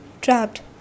Trapped